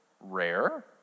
rare